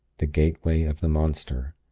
the gateway of the monster,